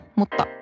mutta